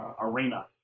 arena